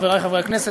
חברי חברי הכנסת,